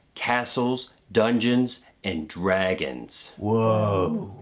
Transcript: castles, dungeons and dragons. whoa.